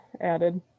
added